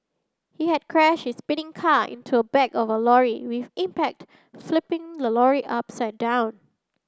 he had crashed his speeding car into a back of a lorry with impact flipping the lorry upside down